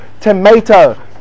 tomato